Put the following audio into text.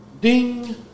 ding